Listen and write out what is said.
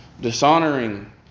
dishonoring